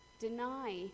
Deny